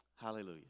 Hallelujah